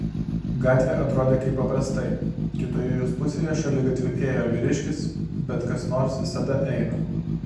gatvė atrodė kaip paprastai kitoje jos pusėje šaligatviu ėjo vyriškis bet kas nors visada eina